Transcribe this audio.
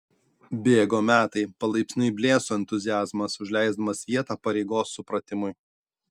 bėgo metai palaipsniui blėso entuziazmas užleisdamas vietą pareigos supratimui